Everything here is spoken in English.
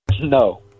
no